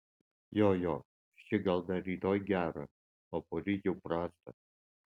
jo jo ši gal dar rytoj gerą o poryt jau prastą